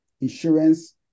insurance